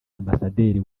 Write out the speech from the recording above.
ambasaderi